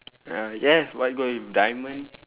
uh yes white gold with diamond